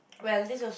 well this was